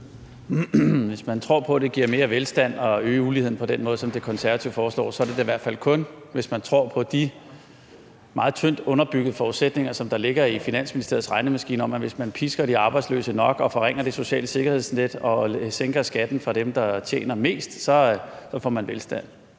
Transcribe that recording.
Hvis man tror på, at det giver mere velstand at øge uligheden på den måde, som De Konservative foreslår, er det da i hvert fald kun, hvis man tror på de meget tyndt underbyggede forudsætninger, som der ligger i Finansministeriets regnemaskine, om, at hvis man pisker de arbejdsløse nok og forringer det sociale sikkerhedsnet og sænker skatten for dem, der tjener mest, så får man velstand.